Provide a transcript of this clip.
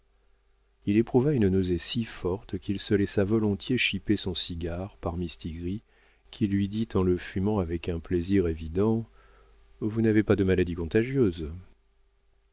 il éprouva une nausée si forte qu'il se laissa volontiers chiper son cigare par mistigris qui lui dit en le fumant avec un plaisir évident vous n'avez pas de maladies contagieuses